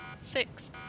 six